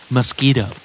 Mosquito